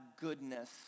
goodness